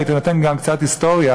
הייתי נותן גם קצת היסטוריה,